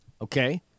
Okay